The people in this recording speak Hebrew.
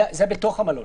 זה בתוך המלון.